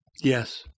Yes